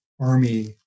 army